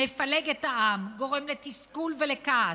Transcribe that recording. מפלגת את העם, גורמת לתסכול ולכעס,